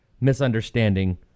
misunderstanding